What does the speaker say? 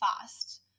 fast